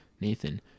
nathan